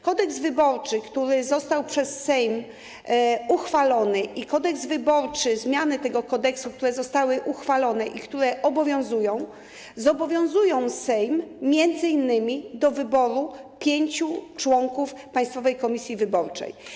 Kodeks wyborczy, który został przez Sejm uchwalony, i zmiany tego kodeksu, które zostały uchwalone i które obowiązują, zobowiązują Sejm m.in. do wyboru pięciu członków Państwowej Komisji Wyborczej.